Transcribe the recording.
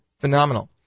phenomenal